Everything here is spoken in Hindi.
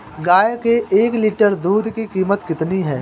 गाय के एक लीटर दूध की कीमत कितनी है?